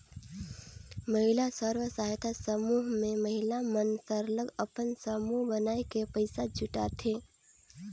महिला स्व सहायता समूह में महिला मन सरलग अपन समूह बनाए के पइसा जुटाथें